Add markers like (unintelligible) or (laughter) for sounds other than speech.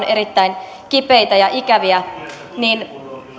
(unintelligible) erittäin kipeitä ja ikäviä niin